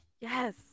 yes